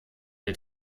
der